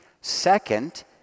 Second